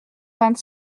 vingt